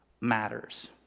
matters